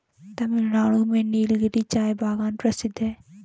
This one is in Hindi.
तमिलनाडु में नीलगिरी चाय बागान प्रसिद्ध है